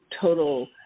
total